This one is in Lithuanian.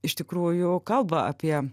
iš tikrųjų kalba apie